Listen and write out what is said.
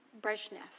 Brezhnev